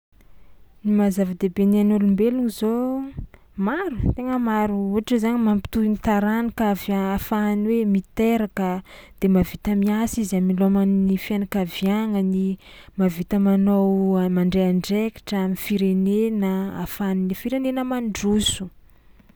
Ny maha-zava-dehibe ny ain'olombelogno zao maro tegna maro ohatra zany mampitohy ny taranaka avy a- ahafahany hoe miteraka de mahavita miasa izy amiloamany ny fianakaviàgnany, mahavita manao a- mandray andraikitra am'firenena ahafahan'ny firenena mandroso.